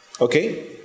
Okay